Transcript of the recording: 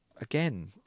Again